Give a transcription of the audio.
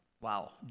Wow